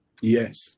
yes